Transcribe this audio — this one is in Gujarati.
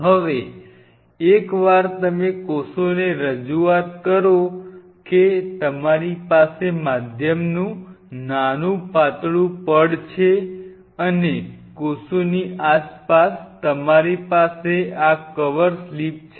હવે એકવાર તમે કોષોને રજૂઆત કરો કે તમારી પાસે માધ્યમનું નાનું પાતળું પડ છે અને કોષોની આસપાસ તમારી પાસે આ કવર સ્લિપ છે